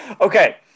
Okay